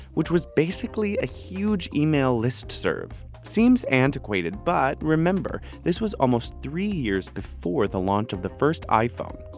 which was basically a huge email listserv. seems antiquated, but remember, this was almost three years before the launch of the first iphone.